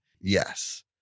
Yes